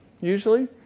usually